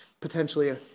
potentially